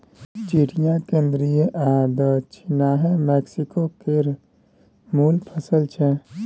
चिया केंद्रीय आ दछिनाहा मैक्सिको केर मुल फसल छै